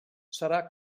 serà